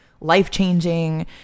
life-changing